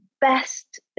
best